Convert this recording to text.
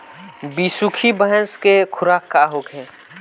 बिसुखी भैंस के खुराक का होखे?